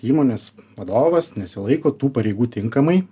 įmonės vadovas nesilaiko tų pareigų tinkamai